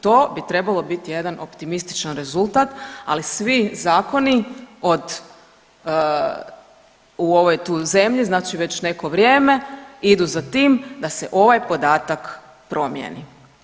To bi trebalo biti jedan optimističan rezultat, ali svi zakoni od u ovoj tu zemlji znači već neko vrijeme idu za tim da se ovaj podatak promijeni.